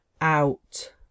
Out